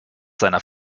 seiner